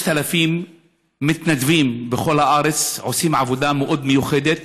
6,000 מתנדבים בכל הארץ עושים עבודה מאוד מיוחדת.